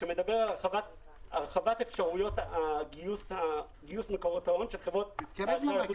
שמדבר על הרחבת אפשרויות גיוס מקורות ההון של חברות אשראי.